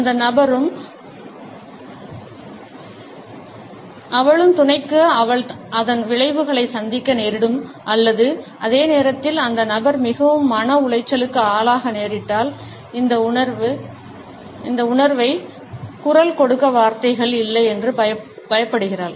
அந்த நபரும் அவளும் துணைக்கு அவள் அதன் விளைவுகளை சந்திக்க நேரிடும் அல்லது அதே நேரத்தில் அந்த நபர் மிகவும் மன உளைச்சலுக்கு ஆளாக நேரிட்டால் இந்த உணர்வை குரல் கொடுக்க வார்த்தைகள் இல்லை என்று பயப்படுகிறாள்